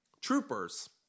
troopers